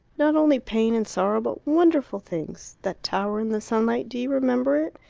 not only pain and sorrow, but wonderful things that tower in the sunlight do you remember it,